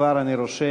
כבר אני רושם,